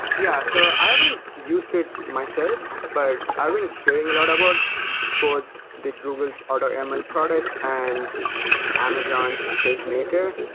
yeah. so i haven't used it myself, but i've been hearing a lot about but the google's automl product and amazon's sagemaker.